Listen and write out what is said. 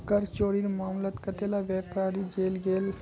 कर चोरीर मामलात कतेला व्यापारी जेल गेल